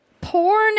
porn